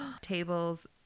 tables